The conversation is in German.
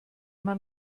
man